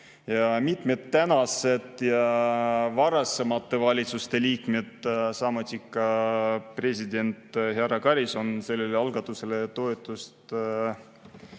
tänased ja varasemate valitsuste liikmed, samuti president härra Karis on sellele algatusele toetust